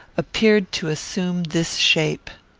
appeared to assume this shape.